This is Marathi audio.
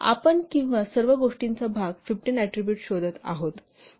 आपण सर्व गोष्टींचा 15 ऍट्रीबुट शोधत आहात